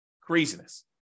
Craziness